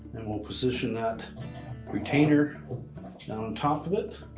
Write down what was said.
then we'll position that retainer down on top of it.